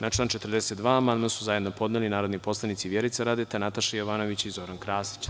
Na član 42. amandman su zajedno podneli narodni poslanici Vjerica Radeta, Nataša Jovanović i Zoran Krasić.